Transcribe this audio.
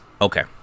Okay